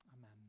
Amen